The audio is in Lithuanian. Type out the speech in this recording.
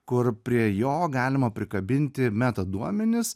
kur prie jo galima prikabinti metaduomenis